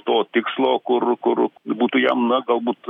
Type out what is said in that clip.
to tikslo kur kur būtų jam na galbūt